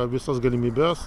visas galimybes